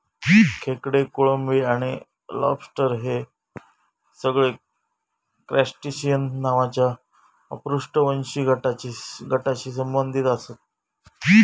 खेकडे, कोळंबी आणि लॉबस्टर हे सगळे क्रस्टेशिअन नावाच्या अपृष्ठवंशी गटाशी संबंधित आसत